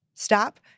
Stop